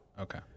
Okay